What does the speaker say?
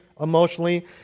emotionally